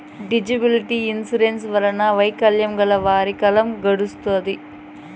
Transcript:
disability insurance వల్ల వైకల్యం గల వారికి కాలం గడుత్తాది